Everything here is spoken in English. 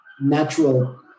natural